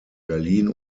berlin